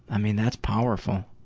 i mean, that's powerful.